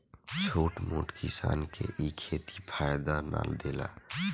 छोट मोट किसान के इ खेती फायदा ना देला